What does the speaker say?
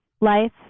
life